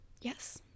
yes